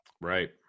Right